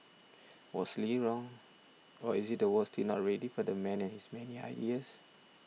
was Lee wrong or is it the world still not ready for the man and his many ideas